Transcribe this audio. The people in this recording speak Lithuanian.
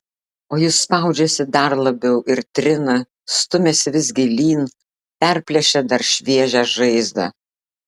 o jis spaudžiasi dar labiau ir trina stumiasi vis gilyn perplėšia dar šviežią žaizdą